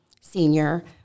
senior